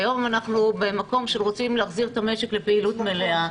והיום אנחנו במקום שרוצים להעביר את המשק לפעילות מלאה.